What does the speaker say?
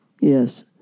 Yes